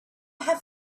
have